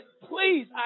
please